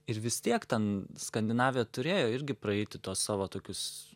ir vis tiek ten skandinavija turėjo irgi praeiti tuos savo tokius